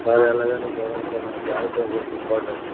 sir ఎలాగైనా చూడండి sir నాకు జాబ్ చాలా ఇంపార్టెంట్ సార్